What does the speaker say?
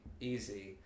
easy